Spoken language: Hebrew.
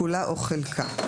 כולה או חלקה.